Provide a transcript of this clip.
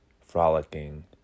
frolicking